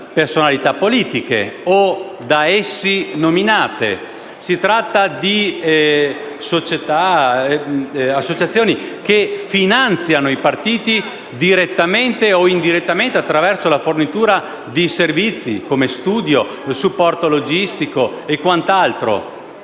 o da esse nominati. Si tratta di società e associazioni che finanziano i partiti, direttamente e indirettamente, attraverso la fornitura di servizi, come studi e supporto logistico. Sono